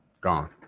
Gone